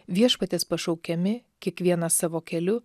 viešpaties pašaukiami kiekvienas savo keliu